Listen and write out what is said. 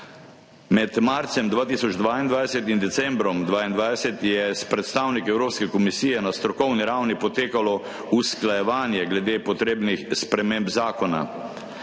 Med marcem 2022 in decembrom 2022 je s predstavniki Evropske komisije na strokovni ravni potekalo usklajevanje glede potrebnih sprememb zakona.